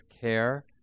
care